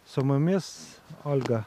su mumis olga